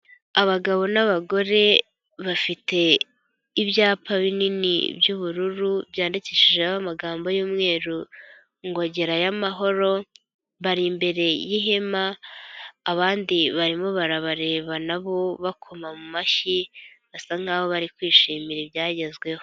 Abagabo n'abagore bafite ibyapa binini by'ubururu, byandikishijeho amagambo y'umweru ngo gerayo amahoro, bari imbere y'ihema, abandi barimo barabareba nabo bakoma mu amashyi, basa nk'aho bari kwishimira ibyagezweho.